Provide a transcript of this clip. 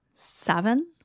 seven